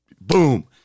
Boom